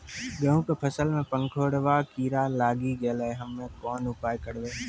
गेहूँ के फसल मे पंखोरवा कीड़ा लागी गैलै हम्मे कोन उपाय करबै?